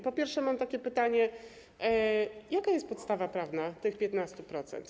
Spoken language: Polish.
Po pierwsze, mam takie pytanie: Jaka jest podstawa prawna tych 15%?